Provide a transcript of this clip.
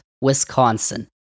Wisconsin